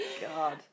God